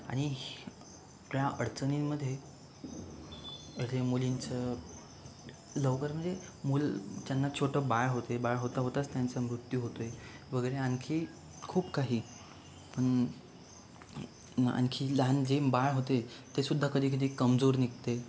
आणि त्या अडचणींमध्ये मुलींचं लवकर म्हणजे मूल ज्यांना छोटं बाळ होते बाळ होता होताच त्यांचा मृत्यू होतो आहे वगैरे आणखी खूप काही आणखी लहान जे बाळ होते ते सुद्धा कधी कधी कमजोर निघते